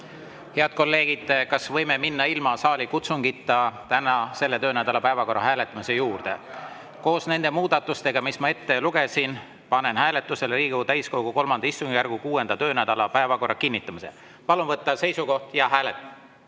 Head kolleegid, kas võime minna ilma saalikutsungita selle töönädala päevakorra hääletamise juurde? Koos nende muudatustega, mis ma ette lugesin, panen hääletusele Riigikogu täiskogu III istungjärgu 6. töönädala päevakorra kinnitamise. Palun võtta seisukoht ja hääletada!